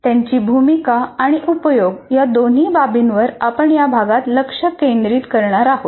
त्यांची भूमिका आणि उपयोग या दोन बाबींवर आपण या भागात लक्ष केंद्रित करणार आहोत